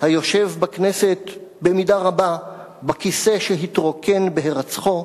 היושב בכנסת במידה רבה בכיסא שהתרוקן בהירצחו,